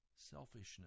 selfishness